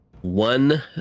One